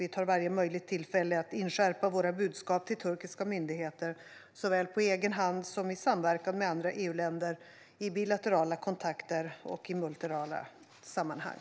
Vi tar varje möjligt tillfälle att inskärpa våra budskap till turkiska myndigheter, såväl på egen hand som i samverkan med andra EU-länder, i bilaterala kontakter och i multilaterala sammanhang.